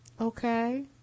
Okay